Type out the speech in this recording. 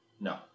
No